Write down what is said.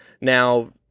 Now